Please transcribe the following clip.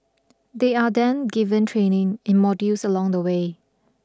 they are then given training in modules along the way